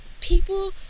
people